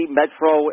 metro